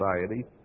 society